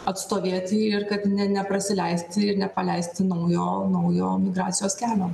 atstovėti ir kad ne neprasileisti nepaleisti naujo naujo migracijos kelio